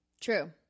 True